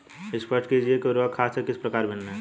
स्पष्ट कीजिए कि उर्वरक खाद से किस प्रकार भिन्न है?